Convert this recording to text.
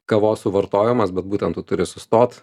kavos suvartojimas bet būtent tu turi sustot